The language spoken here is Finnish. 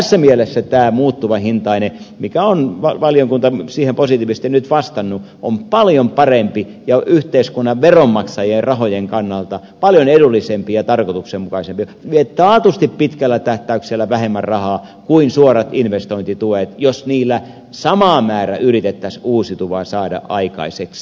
tässä mielessä tämä muuttuvahintainen mihin valiokunta on nyt positiivisesti vastannut on paljon parempi ja yhteiskunnan veronmaksajien rahojen kannalta paljon edullisempi ja tarkoituksenmukaisempi vie taatusti pitkällä tähtäyksellä vähemmän rahaa kuin suorat investointituet jos niillä sama määrä yritettäisiin uusiutuvaa saada aikaiseksi